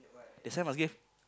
that's why must give